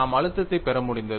நாம் அழுத்தத்தை பெற முடிந்தது